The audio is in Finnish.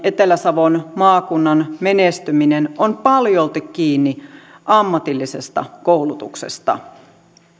etelä savon menestyminen on paljolti kiinni ammatillisesta koulutuksesta